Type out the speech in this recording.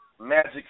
Magic